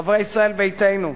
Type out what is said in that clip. חברי ישראל ביתנו,